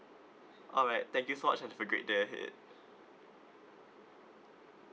alright thank you so much and have a good day ahead